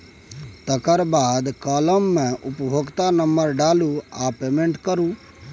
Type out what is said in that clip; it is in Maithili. तकर बाद काँलम मे उपभोक्ता नंबर डालु आ पेमेंट करु